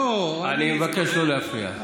לא, אני, אני מבקש לא להפריע.